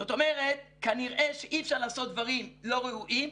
זאת אומרת, כנראה שאי אפשר לעשות דברים לא ראויים.